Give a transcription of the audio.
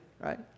right